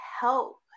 help